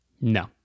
No